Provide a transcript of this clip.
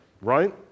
Right